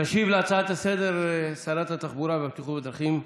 תשיב להצעה לסדר-היום שרת התחבורה והבטיחות בדרכים,